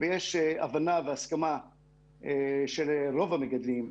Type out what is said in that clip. ויש הבנה והסכמה של רוב המגדלים,